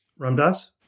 Ramdas